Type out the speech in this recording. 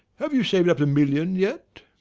have you saved up a million yet?